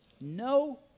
No